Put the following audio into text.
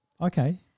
Okay